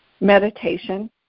meditation